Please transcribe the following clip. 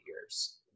years